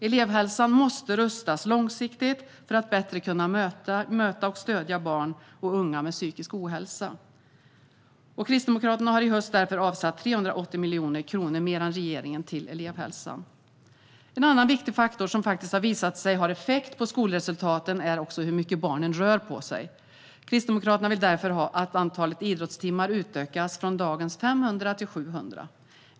Elevhälsan måste rustas långsiktigt för att bättre kunna möta och stödja barn och unga med psykisk ohälsa. Kristdemokraterna har i höst därför avsatt 380 miljoner kronor mer än regeringen till elevhälsan. En annan viktig faktor som faktiskt har visat sig ha effekt på skolresultaten är hur mycket barnen rör på sig. Kristdemokraterna vill därför att antalet idrottstimmar utökas från dagens 500 till 700.